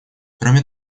кроме